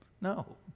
No